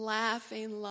laughing